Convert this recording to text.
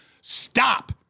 Stop